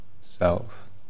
self